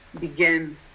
begin